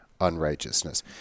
unrighteousness